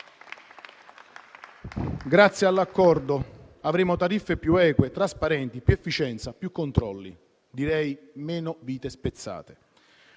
Grazie all'accordo, avremo tariffe più eque e trasparenti, più efficienza, più controlli e direi meno vite spezzate.